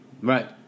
right